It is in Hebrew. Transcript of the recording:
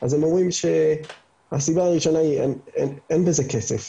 אז הם אומרים שהסיבה הראשונה היא אין בזה כסף,